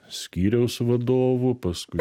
skyriaus vadovu paskui